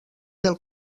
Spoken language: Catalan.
del